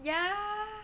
yeah